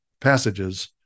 passages